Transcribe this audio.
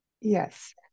Yes